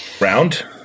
Round